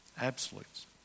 absolutes